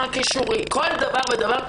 כל דבר ודבר,